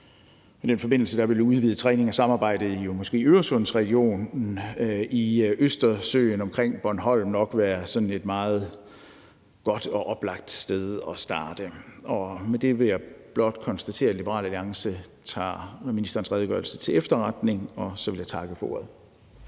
I den forbindelse vil udvidet træning og samarbejde i Øresundsregionen og Østersøen omkring Bornholm nok være et meget godt og oplagt sted at starte. Og med det vil jeg blot konstatere, at Liberal Alliance tager udenrigsministerens redegørelse til efterretning, og så vil jeg takke for ordet.